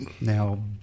Now